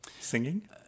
singing